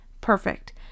perfect